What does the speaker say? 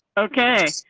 okay.